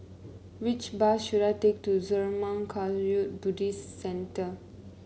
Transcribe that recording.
which bus should I take to Zurmang Kagyud Buddhist Centre